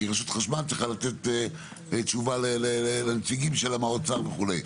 כי רשות החשמל צריכה לתת תשובה לנציגים שלה מהאוצר וכו'.